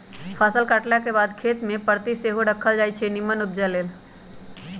फसल काटलाके बाद खेत कें परति सेहो राखल जाई छै निम्मन उपजा लेल